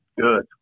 good